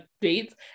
dates